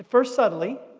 first subtly,